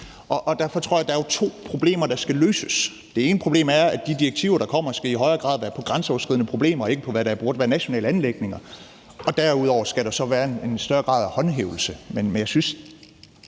Derfor tror jeg, der er to problemer, der skal løses. Det ene problem er, at de direktiver, der kommer, i højere grad skal gælde grænseoverskridende problemer og ikke, hvad der burde være nationale anliggender. Derudover skal der så være en større grad af håndhævelse.